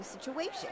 situation